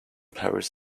paris